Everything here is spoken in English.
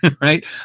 Right